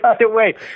wait